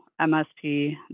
MSP